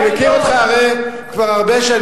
הרי אני מכיר אותך הרבה שנים,